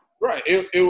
Right